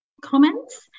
comments